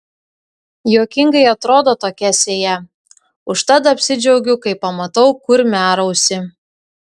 juokingai atrodo tokia sėja užtat apsidžiaugiu kai pamatau kurmiarausį